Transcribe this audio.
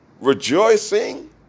rejoicing